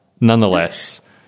nonetheless